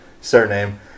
surname